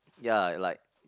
yea like